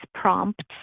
prompts